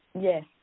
Yes